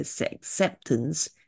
acceptance